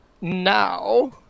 Now